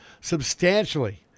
substantially